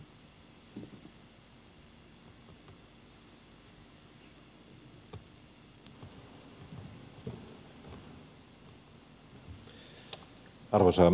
arvoisa puhemies